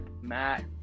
Matt